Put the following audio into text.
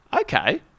okay